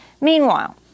Meanwhile—